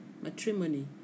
matrimony